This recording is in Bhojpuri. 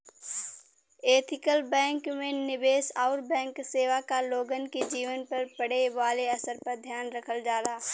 ऐथिकल बैंक में निवेश आउर बैंक सेवा क लोगन के जीवन पर पड़े वाले असर पर ध्यान रखल जाला